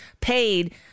paid